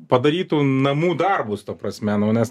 padarytų namų darbus ta prasme nu nes